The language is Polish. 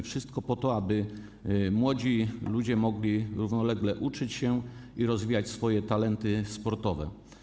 Wszystko po to, aby młodzi ludzie mogli równolegle uczyć się i rozwijać swoje talenty sportowe.